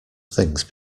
things